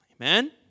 Amen